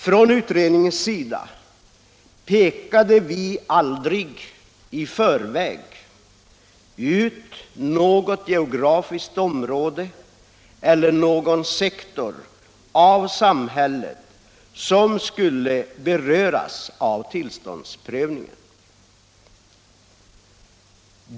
Från utredningens sida pekade vi aldrig i förväg ut något geografiskt område eller någon sektor i samhället som skulle beröras av tillståndsprövningen.